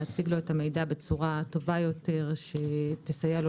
להציג לו את המידע בצורה הטובה יותר שתסייע לו